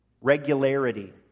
regularity